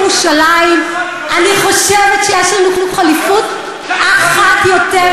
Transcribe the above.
אני התרגשתי לראות את אנשי התנועה האסלאמית